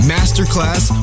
Masterclass